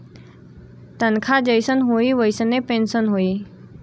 तनखा जइसन होई वइसने पेन्सन होई